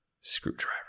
screwdriver